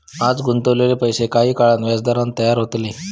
आज गुंतवलेले पैशे काही काळान व्याजदरान तयार होतले